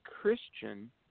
Christian